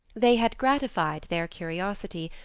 they had gratified their curiosity,